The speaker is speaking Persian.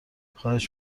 خواهش